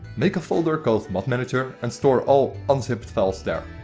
make a folder called mod manager and store all unzipped files there.